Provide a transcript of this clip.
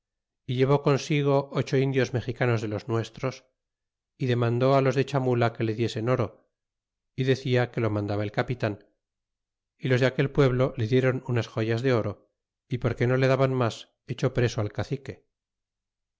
y llevó consigo ocho indios mexicanos de los nuestros y demandó los de chamula que le diesen oro y decía que lo mandaba el capitan é los de aquel pueblo le dieron unas joyas de oro y porque no le daban mas echó preso al cacique